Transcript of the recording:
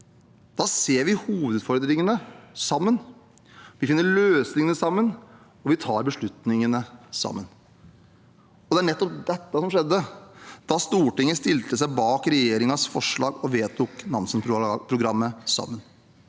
Da ser vi hovedutfordringene sammen, vi finner løsningene sammen, og vi tar beslutningene sammen. Det var nettopp dette som skjedde da Stortinget stilte seg bak regjeringens forslag og vedtok Nansen-programmet.